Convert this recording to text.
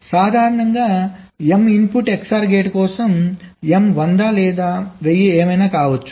కాబట్టి సాధారణంగా m input XOR gate కోసం m 100 లేదా 1000 ఏమైనా కావచ్చు